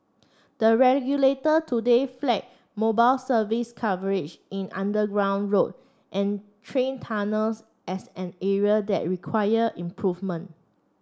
the regulator today flag mobile service coverage in underground road and train tunnels as an area that required improvement